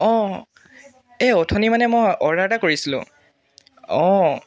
অঁ এই অথনি মানে মই অৰ্ডাৰ এটা কৰিছিলোঁ অঁ